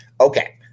okay